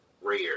rare